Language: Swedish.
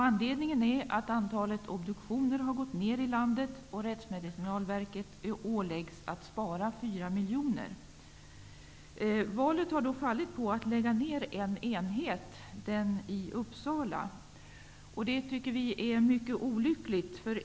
Anledningen är att antalet obduktioner har gått ner i landet och att Rättsmedicinalverket åläggs att spara 4 Valet har då fallit på att lägga ner en enhet, den i Uppsala. Det tycker vi är mycket olyckligt.